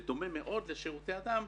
בדומה מאוד לשירותי הדם,